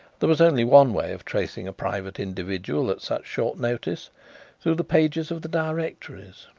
there was only one way of tracing a private individual at such short notice through the pages of the directories,